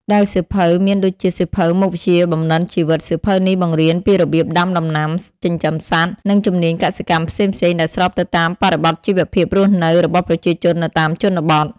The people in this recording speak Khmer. ដែលសៀវភៅមានដូចជាសៀវភៅមុខវិជ្ជាបំណិនជីវិត សៀវភៅនេះបង្រៀនពីរបៀបដាំដំណាំ ចិញ្ចឹមសត្វ និងជំនាញកសិកម្មផ្សេងៗដែលស្របទៅតាមបរិបទជីវភាពរស់នៅរបស់ប្រជាជននៅតាមជនបទ។